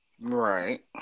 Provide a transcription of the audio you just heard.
Right